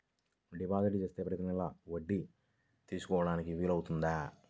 Deposit చేస్తే ప్రతి నెల వడ్డీ తీసుకోవడానికి వీలు అవుతుందా?